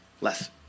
less